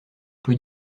peut